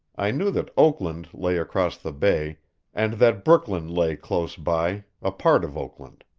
i knew that oakland lay across the bay and that brooklyn lay close by, a part of oakland.